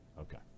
okay